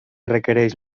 requereix